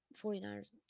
49ers